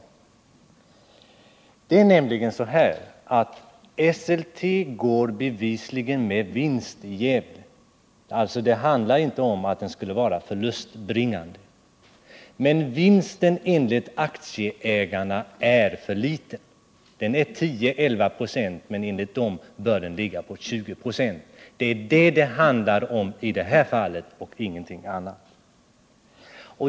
Det förhåller sig nämligen så att Esselte bevisligen går med vinst i Gävle. Det handlar alltså inte om att tillverkningen där har varit förlustbringande. Men vinsten är enligt aktieägarna för liten. Den är 10-11 96, men enligt dem bör den ligga på 20 96. Det är detta det handlar om här, och ingenting annat.